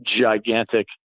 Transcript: gigantic